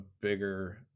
bigger